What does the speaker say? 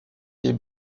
est